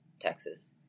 Texas